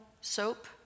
soap